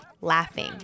laughing